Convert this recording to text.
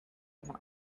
amount